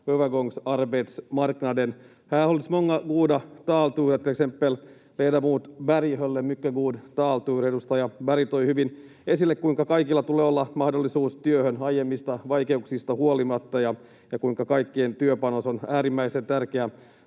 övergångsarbetsmarknaden. Här har hållits många goda talturer, till exempel ledamot Berg höll en mycket god taltur. Edustaja Berg toi hyvin esille, kuinka kaikilla tulee olla mahdollisuus työhön aiemmista vaikeuksista huolimatta ja kuinka kaikkien työpanos on äärimmäisen tärkeä